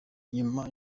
nyuma